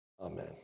Amen